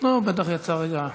הוא בטח יצא רגע.